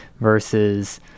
versus